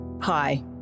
Hi